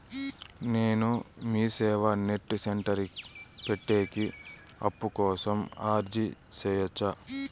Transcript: నేను Meeseva net centre పెట్టేకి అప్పు కోసం అర్జీ సేయొచ్చా?